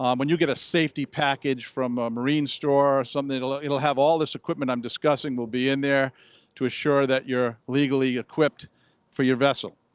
um when you get a safety package from a marine store or something, it'll ah it'll have all this equipment i'm discussing. it will be in there to assure that you're legally equipped for your vessel.